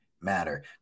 matter